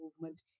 movement